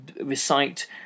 recite